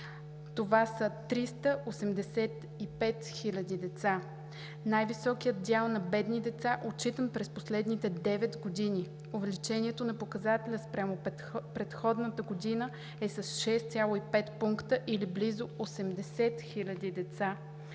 Това са 385 хиляди деца – най-високият дял на бедни деца, отчитан през последните 9 години. Увеличението на показателя спрямо предходната година е с 6,5 пункта, или близо 80 хиляди деца.